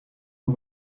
een